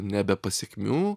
ne be pasekmių